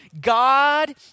God